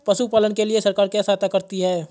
पशु पालन के लिए सरकार क्या सहायता करती है?